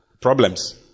problems